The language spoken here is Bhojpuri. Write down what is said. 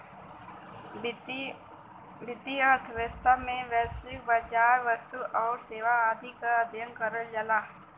वित्तीय अर्थशास्त्र में वैश्विक बाजार, वस्तु आउर सेवा आदि क अध्ययन करल जाला